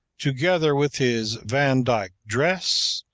together with his vandyke dress,